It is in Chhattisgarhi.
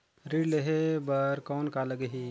ऋण लेहे बर कौन का लगही?